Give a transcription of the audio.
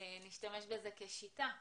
נשתמש בזה כשיטה.